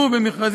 במפגשים